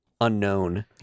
unknown